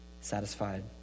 satisfied